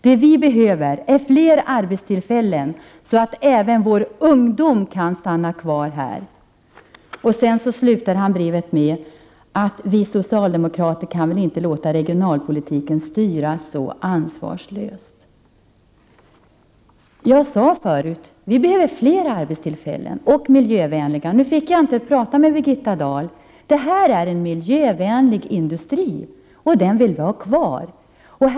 Det vi behöver är fler arbetstillfällen så att även vår ungdom kan stanna kvar här.” I slutet av brevet heter det: ”Vi Socialdemokrater kan väl inte låta regionalpolitiken styras så ansvarslöst.” Jag sade förut att vi behöver fler miljövänliga arbetstillfällen. Jag fick inte tillfälle att diskutera med Birgitta Dahl, men jag vill säga att det här gäller en miljövänlig industri, som jag önskar att vi fick ha kvar.